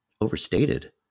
Overstated